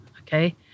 okay